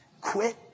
Quit